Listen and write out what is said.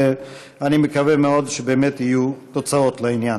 ואני מקווה מאוד שבאמת יהיו תוצאות לעניין.